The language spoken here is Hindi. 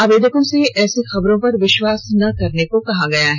आवेदकों से ऐसी खबरों पर विश्वास न करने को कहा गया है